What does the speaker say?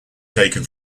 taken